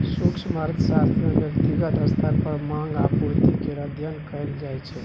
सूक्ष्म अर्थशास्त्र मे ब्यक्तिगत स्तर पर माँग आ पुर्ति केर अध्ययन कएल जाइ छै